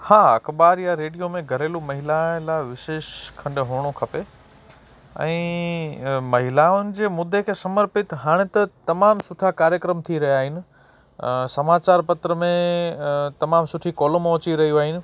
हा अख़बार या रेडियो में घरेलू महिला लाइ विशेष खंड हुजिणो खपे ऐं महिलाउनि जे मुद्दे खे समर्पित हाणे त तमामु सुठा कार्यक्रम थी रहिया आहिनि समाचार पत्र में तमामु सुठी कॉलमूं अची रहियूं आहिनि